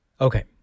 Okay